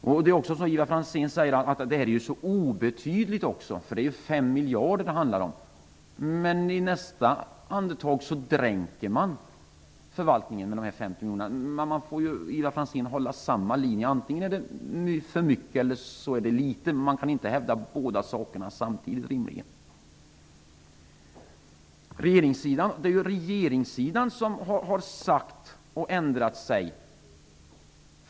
Det här är också, som Ivar Franzén säger, så obetydligt. Det handlar om 5 miljarder. Men i nästa andetag dränker man förvaltningen i dessa 50 miljoner. Man får hålla konsekvent linje: antingen är det för mycket eller så är det litet. Man kan rimligen inte hävda båda sakerna samtidigt. Det är ju regeringssidan som har ändrat sig.